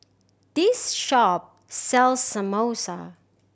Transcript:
this shop sells Samosa